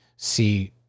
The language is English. see